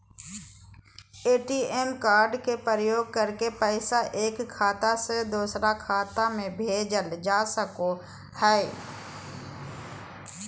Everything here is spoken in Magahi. ए.टी.एम कार्ड के प्रयोग करके पैसा एक खाता से दोसर खाता में भेजल जा सको हय